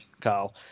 Carl